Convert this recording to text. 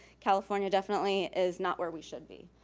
california definitely is not where we should be.